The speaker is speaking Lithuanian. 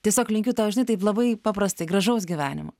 tiesiog linkiu tau žinai taip labai paprastai gražaus gyvenimo